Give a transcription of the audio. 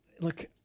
look